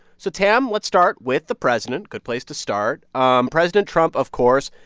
so, tam, let's start with the president. good place to start. um president trump, of course,